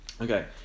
Okay